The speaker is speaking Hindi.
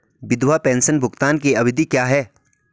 विधवा पेंशन भुगतान की अवधि क्या है?